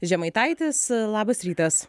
žemaitaitis labas rytas